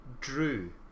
drew